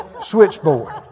switchboard